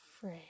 free